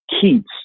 Keats